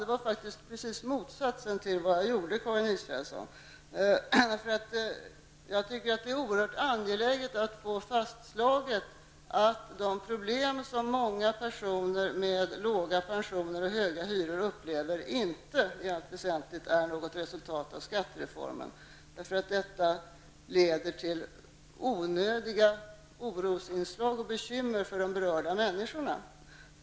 Det var precis motsatsen till vad jag gjorde, Karin Israelsson. Jag tycker att det är oerhört angeläget att få fastslaget att de problem som många personer med låga pensioner och höga hyror upplever i allt väsentligt inte är ett resultat av skattereformen. Detta leder till onödig oro och onödiga bekymmer för de berörda människorna.